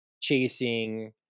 chasing